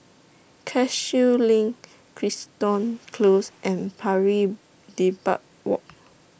Cashew LINK Crichton Close and Pari Dedap Walk